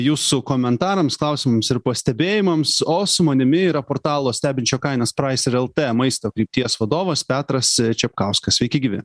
jūsų komentarams klausimams ir pastebėjimams o su manimi yra portalo stebinčio kainas praiser lt maisto krypties vadovas petras čepkauskas sveiki gyvi